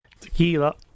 Tequila